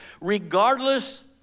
regardless